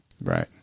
right